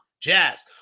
Jazz